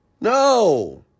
No